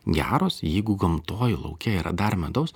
geros jeigu gamtoj lauke yra dar medaus